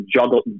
juggle